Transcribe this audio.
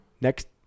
next